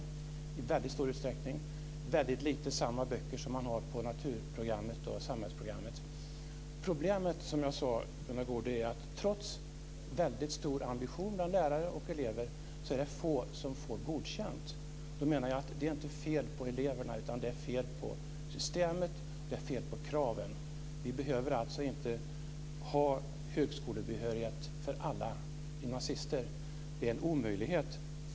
Man har i liten utsträckning samma böcker som i naturprogrammet och samhällsprogrammet. Problemet är, som jag sade, att trots en väldigt hög ambition bland lärare och elever är det få som får godkänt. Jag menar då att det inte är fel på eleverna, utan det är fel på systemet och på kraven. Vi behöver alltså inte ha högskolebehörighet för alla gymnasister - det är en omöjlighet.